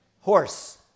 horse